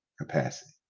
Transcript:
capacity